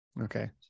Okay